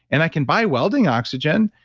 and i can buy welding oxygen.